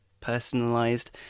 personalized